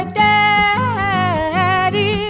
daddy